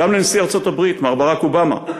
גם לנשיא ארצות-הברית מר ברק אובמה,